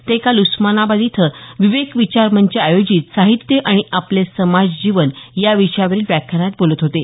ते काल उस्मानाबाद इथं विवेक विचार मंच आयोजित साहित्य आणि आपले समाज जीवन या विषयावरील व्याख्यानात बोलत होते